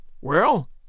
Well